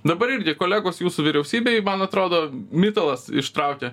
dabar irgi kolegos jūsų vyriausybėj man atrodo mitalas ištraukė